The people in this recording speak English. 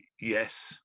Yes